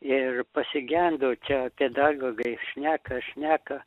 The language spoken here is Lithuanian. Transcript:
ir pasigendu čia pedagogai šneka šneka